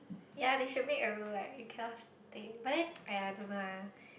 ya they should make a rule like you cannot stay but then !aiya! I don't know ah